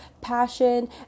passion